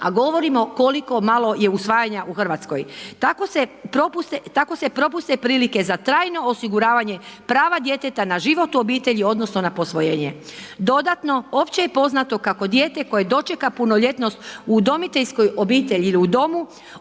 a govorimo koliko malo je usvajanja u RH. Tako se propuste prilike za trajno osiguravanje prava djeteta na život u obitelji odnosno na posvojenje. Dodatno, opće je poznato kako dijete koje dočeka punoljetnost u udomiteljskoj obitelji ili u domu,